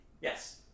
Yes